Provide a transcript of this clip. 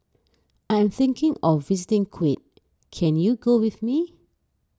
I'm thinking of visiting Kuwait can you go with me